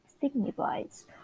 signifies